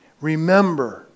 remember